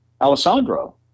alessandro